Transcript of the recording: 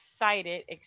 Excited